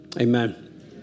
Amen